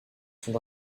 sont